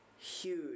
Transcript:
huge